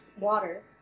water